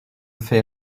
fait